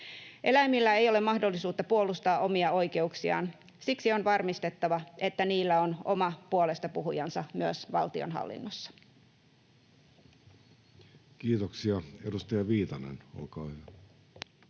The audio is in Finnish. Eläimillä ei ole mahdollisuutta puolustaa omia oikeuksiaan. Siksi on varmistettava, että niillä on oma puolestapuhujansa myös valtionhallinnossa. Kiitoksia. — Edustaja Viitanen, olkaa hyvä.